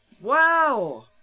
Wow